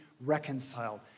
reconciled